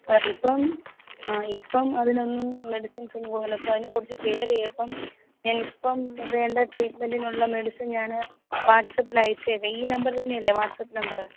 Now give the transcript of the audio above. ആ ഇപ്പം ആ ഇപ്പം അതിനൊന്നും മെഡിസിന്സ് ഒന്നും കൊ അങ്ങനെ അതിനെ കുറച്ച് കെയർ ചെയ്യ് അപ്പം ഞാനിപ്പം വേണ്ട ട്രീറ്റ്മെന്റിനുള്ള മെഡിസിന് ഞാൻ വാട്ട്സപ്പിൽ അയച്ചേക്കാം ഈ നമ്പർ തന്നെയല്ലേ വാട്ട്സാപ്പ് നമ്പർ